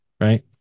right